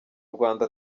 rwanda